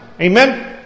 Amen